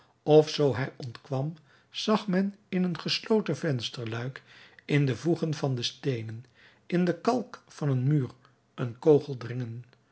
zoo hij ontkwam zag men in een gesloten vensterluik in de voegen van de steenen in de kalk van een muur een kogel dringen